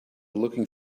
looking